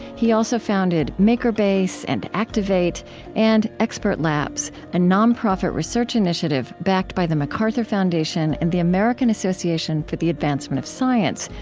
he also founded makerbase and activate and expert labs, a non-profit research initiative backed by the macarthur foundation and the american association for the advancement of science,